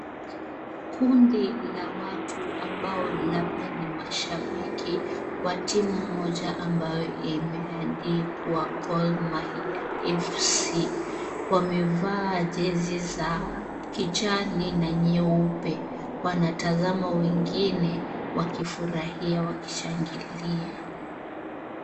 Kundi la watu ambao labda ni mashabiki wa timu moja ambayo imeandikwa GOR MAHIA FC wamevaa jezi za kijani na nyeupe wanatazama wengine wakifurahia wakishangilia.